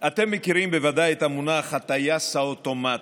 אתם בוודאי מכירים את המונח "הטייס האוטומטי",